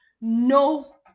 no